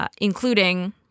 including